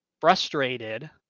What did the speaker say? frustrated